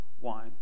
wine